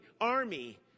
army